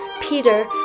Peter